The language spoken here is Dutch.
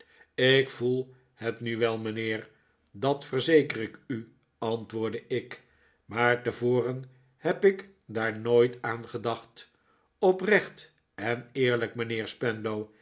ik voel het nu wel mijnheer dat verzeker ik u antwoordde ik maar tevoren heb ik daar nooit aan gedacht oprecht en eerlijk mijnheer